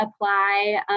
apply